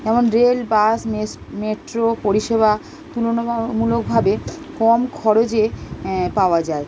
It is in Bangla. যেমন রেল বাস মেস মেট্রো পরিষেবা তুলনামূলকভাবে কম খরচে পাওয়া যায়